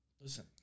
Listen